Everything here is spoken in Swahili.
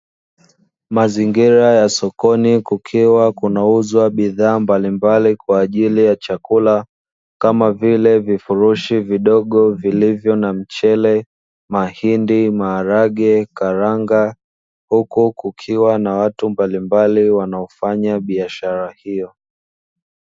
Mazingira ya sokoni kukiwa kunauzwa bidhaa mbalimbali kwa ajili ya chakula, kama vile vifurushi vidogo vilivyo na mchele, mahindi, maharage, karanga. Huku kukiwa na watu mbalimbali wanaofanya biashara hiyo.